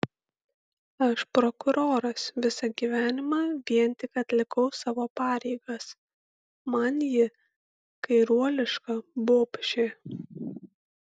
aš prokuroras visą gyvenimą vien tik atlikau savo pareigas man ji kairuoliška bobšė